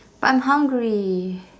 but I'm hungry